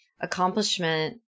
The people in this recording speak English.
accomplishment